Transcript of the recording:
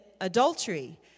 adultery